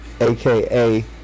aka